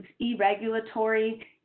e-regulatory